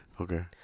Okay